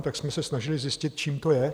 Tak jsme se snažili zjistit, čím to je.